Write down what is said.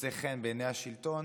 מוצא חן בעיני השלטון,